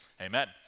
amen